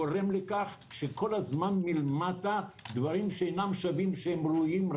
אם גורם מסר את המידע שלו בתוכנית לא צריך לראות אותו שוב בהליך הרישוי.